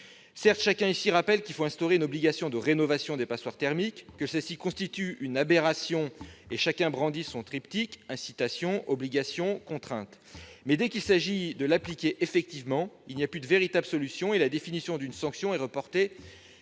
Certes, chacun ici rappelle qu'il faut instaurer une obligation de rénovation des passoires thermiques, celles-ci constituant une aberration, et brandit son triptyque : incitation, obligation, contrainte. Mais dès qu'il s'agit de l'appliquer effectivement, il n'y a plus de véritable solution. La définition d'une sanction est reportée